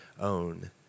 own